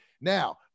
now